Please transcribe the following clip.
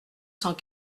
cent